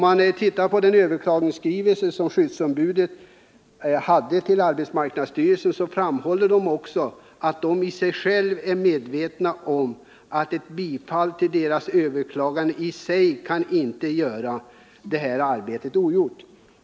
I skyddsombudets överklagningsskrivelse till arbetarskyddsstyrelsen framhålls att man naturligtvis är medveten om att ett bifall till överklagandet i och för sig inte kan göra det utförda arbetet ogjort.